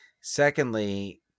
Secondly